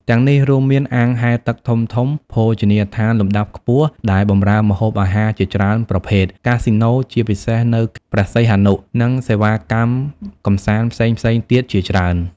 ទាំងនេះរួមមាន អាងហែលទឹកធំៗ ភោជនីយដ្ឋានលំដាប់ខ្ពស់ដែលបម្រើម្ហូបអាហារជាច្រើនប្រភេទ កាស៊ីណូ ជាពិសេសនៅព្រះសីហនុ និងសេវាកម្មកម្សាន្តផ្សេងៗទៀតជាច្រើន។